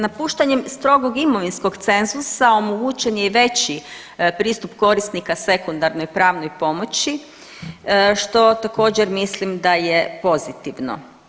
Napuštanjem strogog imovinskog cenzusa omogućen je i veći pristup korisnika sekundarnoj pravnoj pomoći što također mislim da je pozitivno.